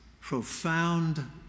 profound